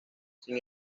sin